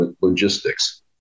logistics